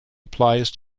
applies